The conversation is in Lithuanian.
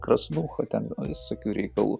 krasnūcha ten visokių reikalų